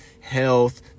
health